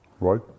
right